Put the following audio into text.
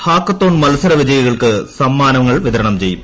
hackathon മത്സര വിജയികൾക്ക് സമ്മാനങ്ങൾ വിതരണം ചെയ്യും